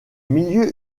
milieux